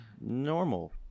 normal